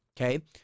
Okay